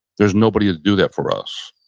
there's nobody to do that for us.